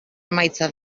emaitza